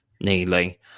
nearly